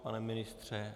Pane ministře?